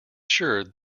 sure